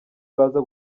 baza